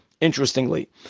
Interestingly